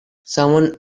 someone